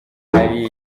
hari